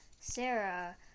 Sarah